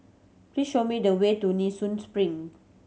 please show me the way to Nee Soon Spring